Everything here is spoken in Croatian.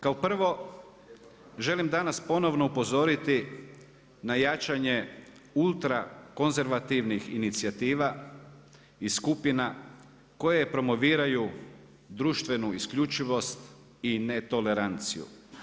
Kao prvo želim danas ponovno upozoriti na jačanje ultra konzervativnih inicijativa i skupina koje promoviraju društvenu isključivost i netoleranciju.